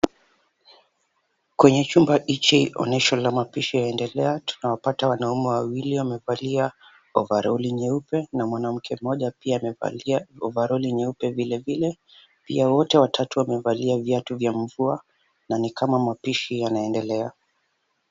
Kwenye chumba hichi onyesho la mapishi inaendelea, ntunawapata wanaume wawili wamevalia ovaroli nyeupe na mwanamke mmoja pia amevalia ovaroli nyeupe vilevile, pia wote wamevalia wamevalia viatu vya mvua, na ni kama mapishi yanaendelea.